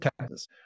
Texas